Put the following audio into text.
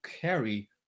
carry